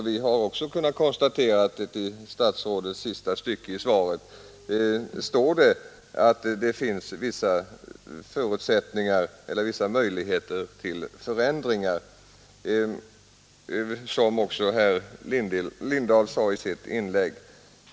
Vi har dessutom kunnat konstatera att statsrådet i slutet av sitt svar framhåller att det finns vissa möjligheter till förändringar, vilket också herr Lindahl sade i sitt inlägg.